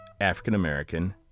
African-American